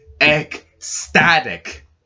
ecstatic